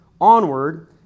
onward